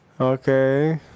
Okay